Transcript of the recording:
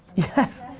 yes.